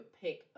pick